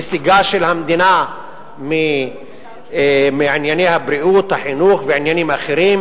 נסיגה של המדינה מענייני הבריאות והחינוך ועניינים אחרים,